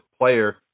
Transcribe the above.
player